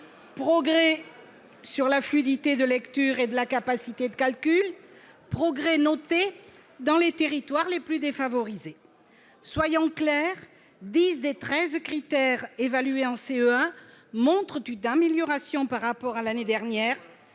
progrès sur la fluidité de lecture et la capacité de calcul, progrès dans les territoires les plus défavorisés. Soyons clairs : dix des treize critères évalués en CE1 montrent une amélioration par rapport à l'année dernière,